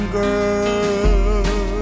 girl